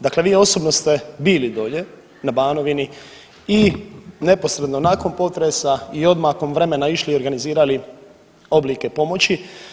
Dakle, vi osobno ste bili dolje na Banovini i neposredno nakon potresa i odmakom vremena išli i organizirali oblike pomoći.